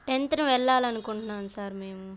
టెన్త్న వెళ్ళాలి అనుకుంటున్నాం సార్ మేము